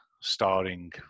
starring